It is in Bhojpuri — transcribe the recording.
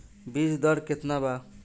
बीज दर केतना बा?